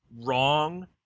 wrong